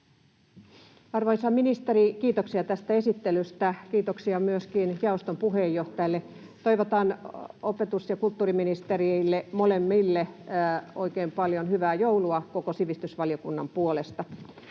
Arvoisa ministeri, kiitoksia tästä esittelystä. Kiitoksia myöskin jaoston puheenjohtajalle. Toivotan opetus‑ ja kulttuuriministereille, molemmille, oikein paljon hyvää joulua koko sivistysvaliokunnan puolesta!